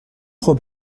خوب